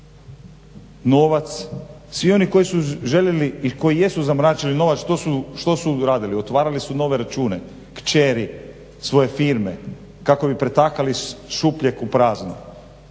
svi oni koji su željeli i koji jesu zamračili novac što su radili, otvarali su nove račune kćeri svoje firme kako bi pretakali iz šupljeg u prazno